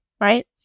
right